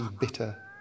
bitter